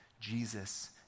Jesus